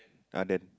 ah then